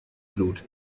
flut